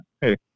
hey